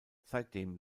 seitdem